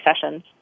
sessions